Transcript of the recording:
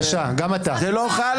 זה לא חל עליה.